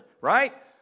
right